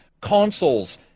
consoles